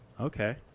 okay